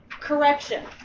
correction